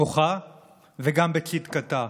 בכוחה וגם בצדקתה.